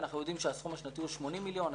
אנחנו יודעים שהסכום השנתי הוא 80 מיליון,